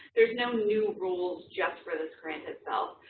there's no new rules just for this grant itself.